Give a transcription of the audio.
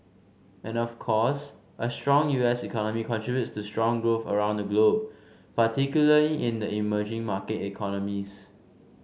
and of course a strong U S economy contributes to strong growth around the globe particularly in the emerging market economies